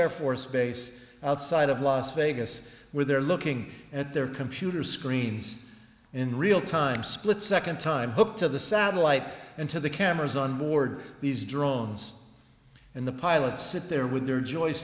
air force base outside of las vegas where they're looking at their computer screens in real time split second time hook to the satellite and to the cameras onboard these drones in the pilot sit there with their joys